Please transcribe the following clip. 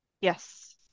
Yes